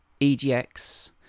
EGX